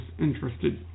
interested